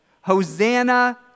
Hosanna